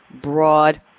broad